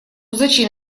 зачем